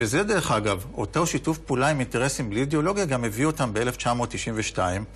בזה דרך אגב, אותו שיתוף פעולה עם אינטרסים בלי אידיאולוגיה גם הביא אותם ב-1992.